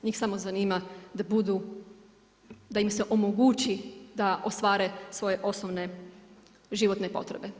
Njih samo zanima da budu, da im se omogući da ostvare svoje osnovne životne potrebe.